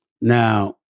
Now